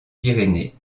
pyrénées